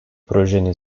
projenin